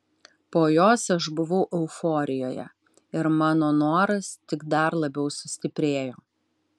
po jos aš buvau euforijoje ir mano noras tik dar labiau sustiprėjo